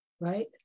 right